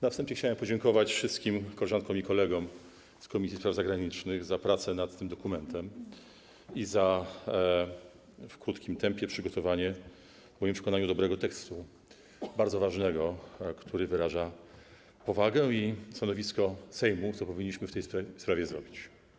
Na wstępie chciałem podziękować wszystkim koleżankom i kolegom z Komisji Spraw Zagranicznych za pracę nad tym dokumentem i za przygotowanie w szybkim tempie, krótkim czasie w moim przekonaniu dobrego tekstu, bardzo ważnego, który wyraża powagę i stanowisko Sejmu, co powinniśmy w tej sprawie zrobić.